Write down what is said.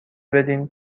بدین